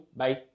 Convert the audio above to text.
bye